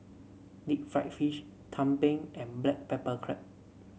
Deep Fried Fish tumpeng and Black Pepper Crab